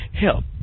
Help